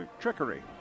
trickery